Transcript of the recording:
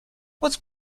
what’s